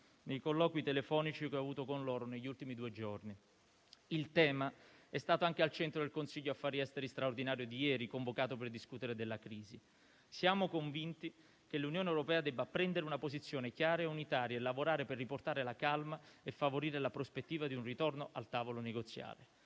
nei colloqui telefonici che ho avuto con loro negli ultimi due giorni. Il tema è stato anche al centro del Consiglio affari esteri straordinario di ieri, convocato per discutere della crisi. Siamo convinti che l'Unione europea debba prendere una posizione chiara e unitaria e lavorare per riportare la calma e favorire la prospettiva di un ritorno al tavolo negoziale.